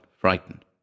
frightened